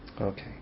Okay